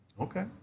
Okay